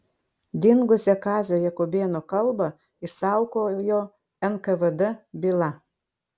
dingusią kazio jakubėno kalbą išsaugojo nkvd byla